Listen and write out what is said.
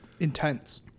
Intense